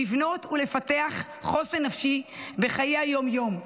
לבנות ולפתח חוסן נפשי בחיי היום-יום והשגרה.